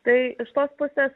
tai iš tos pusės